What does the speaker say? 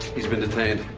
he's been detained.